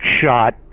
shot